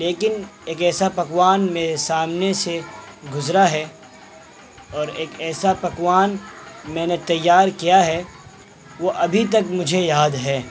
لیکن ایک ایسا پکوان میرے سامنے سے گزرا ہے اور ایک ایسا پکوان میں نے تیار کیا ہے وہ ابھی تک مجھے یاد ہے